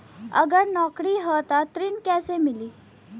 अगर नौकरी ह त ऋण कैसे मिली?